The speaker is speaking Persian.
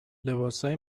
لباسهای